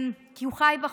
כי הוא חי בחוץ.